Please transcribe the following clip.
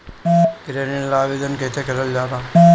गृह ऋण ला आवेदन कईसे करल जाला?